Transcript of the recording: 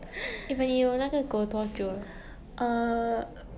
eh but 你有那个狗多久了